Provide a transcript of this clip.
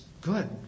good